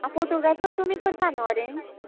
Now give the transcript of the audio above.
आं फोटोग्राफर तुमी करता न्हू अरेंज